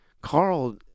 Carl